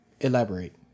Elaborate